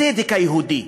הצדק היהודי.